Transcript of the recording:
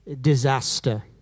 disaster